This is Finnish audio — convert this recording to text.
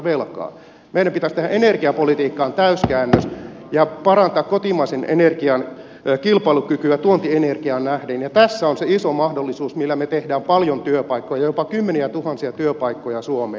meidän pitäisi tehdä energiapolitiikkaan täyskäännös ja parantaa kotimaisen energian kilpailukykyä tuontienergiaan nähden ja tässä on se iso mahdollisuus millä me teemme paljon työpaikkoja jopa kymmeniätuhansia työpaikkoja suomeen